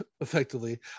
Effectively